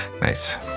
Nice